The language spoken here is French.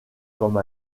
comme